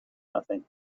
nothing